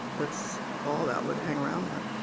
that's all that would hang around there